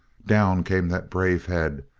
down came that brave head,